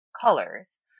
colors